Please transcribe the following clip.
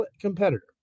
competitor